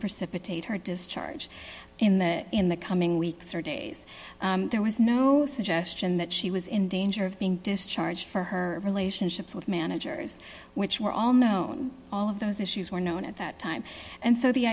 precipitate her discharge in the in the coming weeks or days there was no suggestion that she was in danger of being discharged for her relationships with managers which were all known all of those issues were known at that time and so the